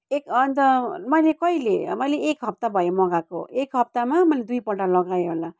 एक अन्त मैले कहिले मैले एक हप्ता भयो मगाएको एक हप्तामा मैले दुईपल्ट लगाए होला